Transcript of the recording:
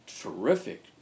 terrific